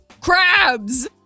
crabs